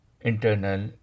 internal